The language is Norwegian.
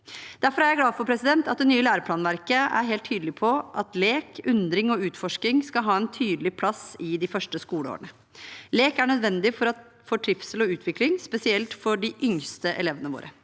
Derfor er jeg glad for at det nye læreplanverket er helt tydelig på at lek, undring og utforsking skal ha en tydelig plass i de første skoleårene. Lek er nødvendig for trivsel og utvikling, spesielt for de yngste elevene våre.